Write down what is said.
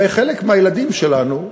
וחלק מהילדים שלנו,